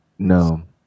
No